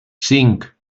cinc